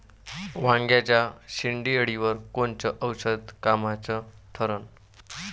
वांग्याच्या शेंडेअळीवर कोनचं औषध कामाचं ठरन?